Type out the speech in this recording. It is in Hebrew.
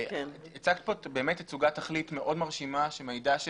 כאן תצוגת תכלית מאוד מרשימה שמעידה על